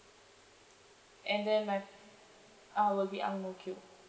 and then my uh will be ang mo kio